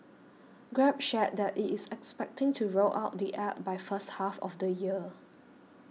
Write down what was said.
grab shared that it is expecting to roll out the App by first half of the year